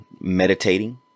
Meditating